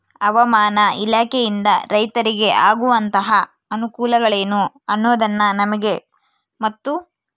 ಹವಾಮಾನ ಇಲಾಖೆಯಿಂದ ರೈತರಿಗೆ ಆಗುವಂತಹ ಅನುಕೂಲಗಳೇನು ಅನ್ನೋದನ್ನ ನಮಗೆ ಮತ್ತು?